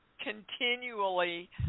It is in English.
Continually